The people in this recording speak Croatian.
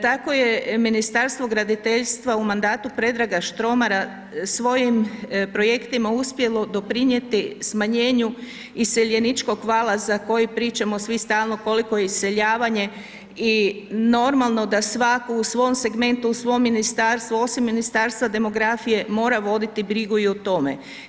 Tako je Ministarstvo graditeljstva u mandatu Predraga Štromara svojim projektima uspjelo doprinijeti smanjenju iseljeničkog vala za koji pričamo svi stalno koliko iseljavanje i normalno da svako u svom segmentu u svoj ministarstvu osim Ministarstva demografije mora voditi brigu i o tome.